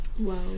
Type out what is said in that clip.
Wow